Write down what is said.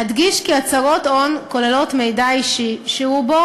אדגיש כי הצהרות הון כוללות מידע אישי שרובו